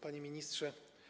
Panie Ministrze!